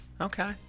okay